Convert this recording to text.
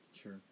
Sure